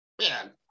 man